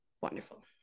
wonderful